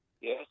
Yes